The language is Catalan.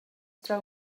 trau